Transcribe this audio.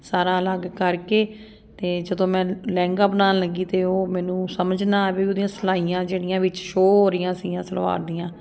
ਸਾਰਾ ਅਲੱਗ ਕਰਕੇ ਅਤੇ ਜਦੋਂ ਮੈਂ ਲਹਿੰਗਾ ਬਣਾਉਣ ਲੱਗੀ ਅਤੇ ਉਹ ਮੈਨੂੰ ਸਮਝ ਨਾ ਆਵੇ ਵੀ ਉਹਦੀਆਂ ਸਿਲਾਈਆਂ ਜਿਹੜੀਆਂ ਵਿੱਚ ਸ਼ੋ ਹੋ ਰਹੀਆਂ ਸੀਗੀਆਂ ਸਲਵਾਰ ਦੀਆਂ